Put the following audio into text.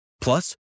Plus